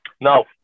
No